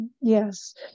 Yes